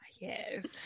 yes